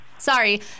Sorry